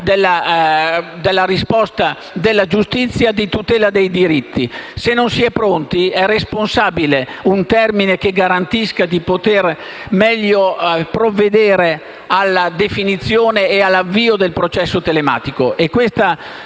della risposta della giustizia, di tutela dei diritti. Se non si è pronti, è responsabile un termine che garantisca di poter meglio provvedere alla definizione e all'avvio del processo telematico.